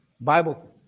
Bible